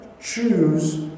choose